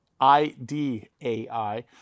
IDAI